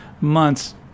months